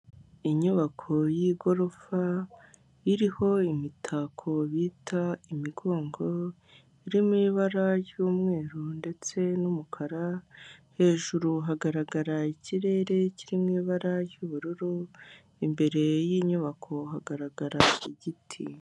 Inyubako y'igorofa iriho imitako bita imigongo, iri mu ibara ry'umweru ndetse n'umukara hejuru hagaragara ikirere kiri mu ibara ry'ubururu, imbere y'inyubako hagaragara igiti.